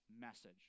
message